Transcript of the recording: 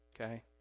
Okay